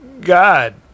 God